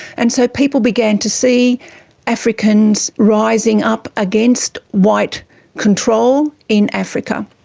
and so people began to see africans rising up against white control in africa.